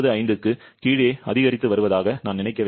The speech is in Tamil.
95 க்கு கீழே அதிகரித்து வருவதாக நான் நினைக்கவில்லை